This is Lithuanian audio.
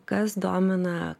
kas domina